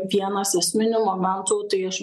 vienas esminių momentų tai aš